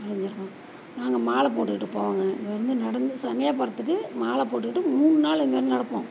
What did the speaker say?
அது செஞ்சிருக்கோம் நாங்கள் மாலை போட்டுட்டு போவோங்க இங்கேருந்து நடந்து சமயபுரத்துக்கு மாலை போட்டுட்டு மூணு நாள் இங்கேருந்து நடப்போம்